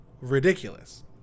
ridiculous